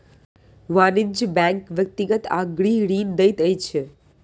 वाणिज्य बैंक व्यक्तिगत आ गृह ऋण दैत अछि